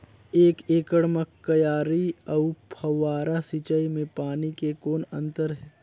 एक एकड़ म क्यारी अउ फव्वारा सिंचाई मे पानी के कौन अंतर हे?